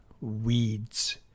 Weeds